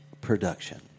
production